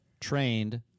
trained